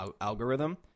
algorithm